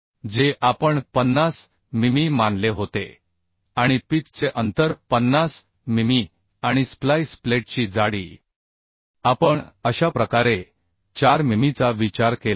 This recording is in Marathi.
जे आपण 50 मिमी मानले होते आणि पिच चे अंतर 50 मिमी आणि स्प्लाइस प्लेटची जाडी आपण अशा प्रकारे 4 मिमीचा विचार केला आहे